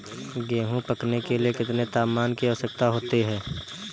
गेहूँ पकने के लिए कितने तापमान की आवश्यकता होती है?